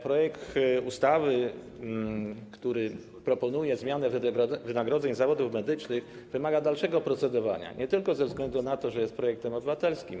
Projekt ustawy, w którym proponuje się zmianę wynagrodzeń w zawodach medycznych, wymaga dalszego procedowania nie tylko ze względu na to, że jest projektem obywatelskim.